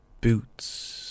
Boots